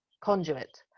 conduit